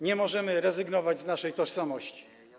Nie możemy rezygnować z naszej tożsamości.